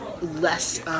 less